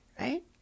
right